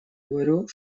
двору